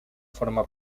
forma